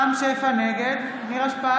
(קוראת בשמות חברי הכנסת) רם שפע, נגד נירה שפק,